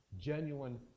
genuine